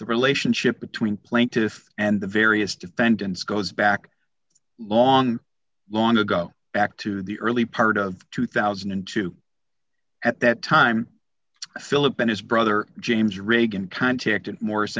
the relationship between plaintiff and the various defendants goes back long long ago back to the early part of two thousand and two at that time philip and his brother james ragan contacted morris